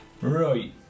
Right